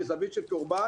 מזווית של קורבן